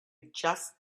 just